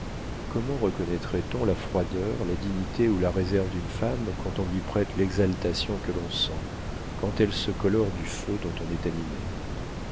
comment reconnaîtrait on la froideur la dignité ou la réserve d'une femme quand on lui prête l'exaltation que l'on sent quand elle se colore du feu dont on est animé